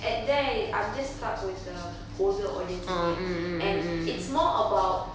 at there I'm just stuck with the older audience again and it's more about